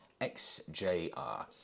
XJR